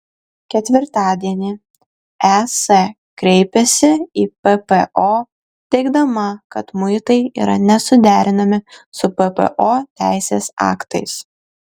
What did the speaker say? ketvirtadienį es kreipėsi į ppo teigdama kad muitai yra nesuderinami su ppo teisės aktais